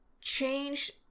change